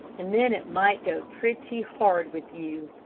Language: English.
and then it might go pretty hard with you.